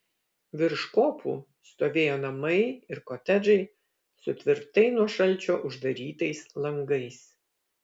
virš kopų stovėjo namai ir kotedžai su tvirtai nuo šalčio uždarytais langais